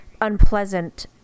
unpleasant